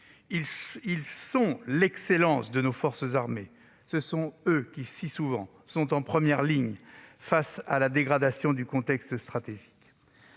Ils sont l'excellence de nos armées. Ce sont eux qui, si souvent, sont en première ligne, face à la dégradation du contexte stratégique.